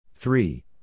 Three